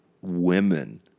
women